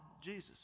Jesus